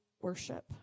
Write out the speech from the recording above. worship